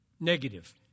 Negative